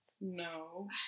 No